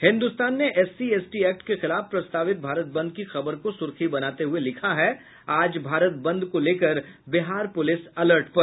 हिन्दुस्तान ने SC ST act के खिलाफ प्रस्तावित भारत बंद की खबर को सुर्खी बनाते हुए लिखा है आज भारत बंद को लेकर बिहार पुलिस अलर्ट पर